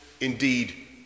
indeed